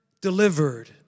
delivered